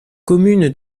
commune